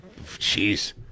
Jeez